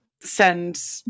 send